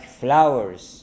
flowers